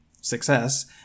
success